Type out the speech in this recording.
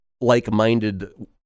like-minded